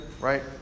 right